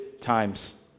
times